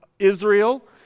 Israel